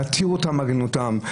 להתיר אותם מעגינותם,